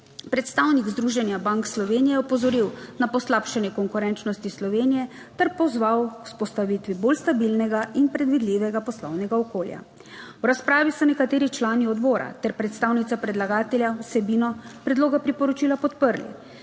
Predstavnik Združenja bank Slovenije je opozoril na poslabšanje konkurenčnosti Slovenije ter pozval k vzpostavitvi bolj stabilnega in predvidljivega poslovnega okolja. V razpravi so nekateri člani odbora ter predstavnica predlagatelja vsebino predloga priporočila podprli.